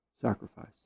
sacrifice